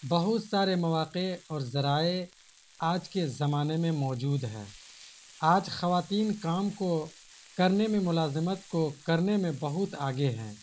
بہت سارے مواقع اور ذرائع آج کے زمانے میں موجود ہیں آج خواتین کام کو کرنے میں ملازمت کو کرنے میں بہت آگے ہیں